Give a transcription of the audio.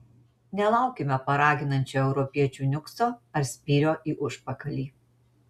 nelaukime paraginančio europiečių niukso ar spyrio į užpakalį